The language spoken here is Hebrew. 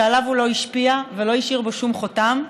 שעליו הוא לא השפיע ולא השאיר בו שום חותם,